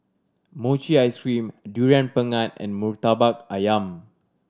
mochi ice cream Durian Pengat and Murtabak Ayam